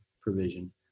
provision